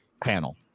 panel